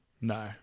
No